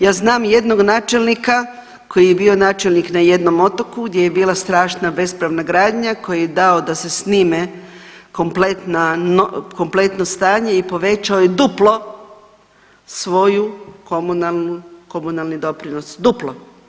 Ja znam jednog načelnika koji je bio načelnik na jednom otoku gdje je bila strašna bespravna gradnja koji je dao da se snime kompletno stanje i povećao je duplo svoj komunalni doprinos, duplo.